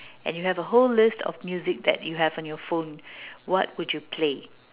and you have a whole list of music that you have on your phone what would you play